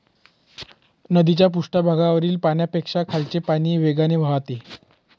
नदीच्या पृष्ठभागावरील पाण्यापेक्षा खालचे पाणी वेगाने वाहते